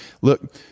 look